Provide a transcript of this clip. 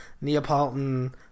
Neapolitan